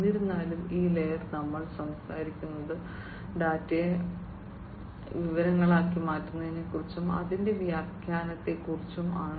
എന്നിരുന്നാലും ഈ ലെയറിൽ നമ്മൾ സംസാരിക്കുന്നത് ഡാറ്റയെ വിവരങ്ങളാക്കി മാറ്റുന്നതിനെക്കുറിച്ചും അതിന്റെ വ്യാഖ്യാനത്തെക്കുറിച്ചും ആണ്